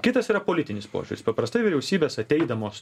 kitas yra politinis požiūris paprastai vyriausybės ateidamos